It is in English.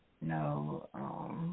no